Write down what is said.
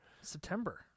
September